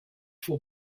for